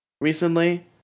recently